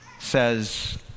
says